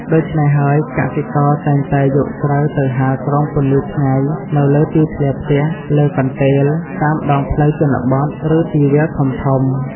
ដូច្នេះហើយ កសិករតែងតែយកស្រូវទៅហាលក្រោមពន្លឺថ្ងៃនៅលើទីធ្លាផ្ទះ លើកន្ទេល តាមដងផ្លូវជនបទ ឬទីវាលធំៗ។